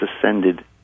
ascended